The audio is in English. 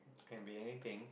can be anything